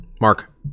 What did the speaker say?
Mark